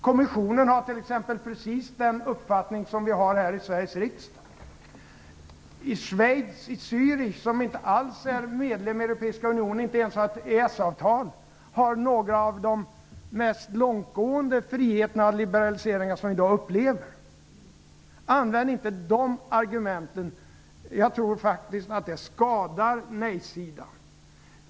Kommissionen har t.ex. precis den uppfattning som vi har här i Sveriges riksdag. Zürich i Schweiz, som inte alls är medlem i Europeiska unionen, som inte ens har ett EES-avtal, har några av de mest långtgående friheter och liberaliseringar som vi i dag upplever. Använd inte de argumenten! Jag tror faktiskt att det skadar nej-sidan.